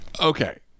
Okay